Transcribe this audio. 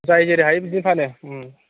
जाय जेरै हायो बिदिनो फानो